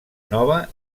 nova